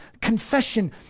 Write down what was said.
confession